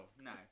no